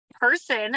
person